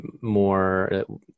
more